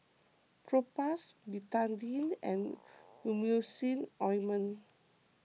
Propass Betadine and Emulsying Ointment